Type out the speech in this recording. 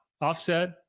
offset